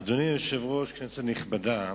אדוני היושב-ראש, כנסת נכבדה,